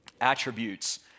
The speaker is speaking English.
attributes